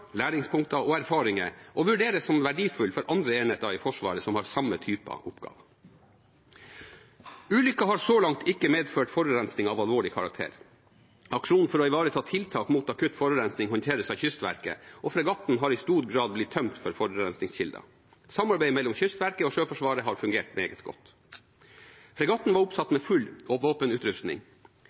læringspunkter og erfaringer, og vurderes som verdifull for andre enheter i Forsvaret som har samme typer oppgaver. Ulykken har så langt ikke medført forurensning av alvorlig karakter. Aksjonen for å ivareta tiltak mot akutt forurensning håndteres av Kystverket, og fregatten har i stor grad blitt tømt for forurensningskilder. Samarbeidet mellom Kystverket og Sjøforsvaret har fungert meget godt. Fregatten var oppsatt med full